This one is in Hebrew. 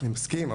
אני מסכים,